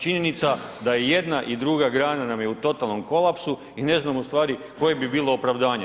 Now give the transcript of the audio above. Činjenica da nam je i jedna i druga grana nam je u totalnom kolapsu i ne znam, ustvari koje bi bilo opravdanje.